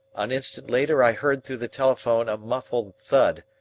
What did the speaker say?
an instant later i heard through the telephone a muffled thud,